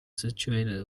situated